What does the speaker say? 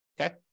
okay